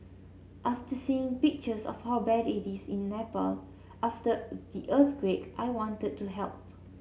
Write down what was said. after seeing pictures of how bad it is in Nepal after the earthquake I wanted to help